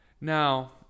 Now